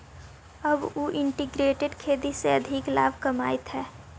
अब उ इंटीग्रेटेड खेती से अधिक लाभ कमाइत हइ